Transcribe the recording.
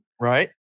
Right